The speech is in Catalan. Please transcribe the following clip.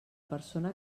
persona